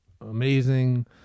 amazing